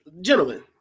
gentlemen